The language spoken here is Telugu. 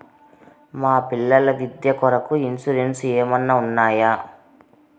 మా పిల్లల విద్య కొరకు ఇన్సూరెన్సు ఏమన్నా ఉన్నాయా?